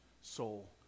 soul